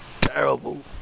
terrible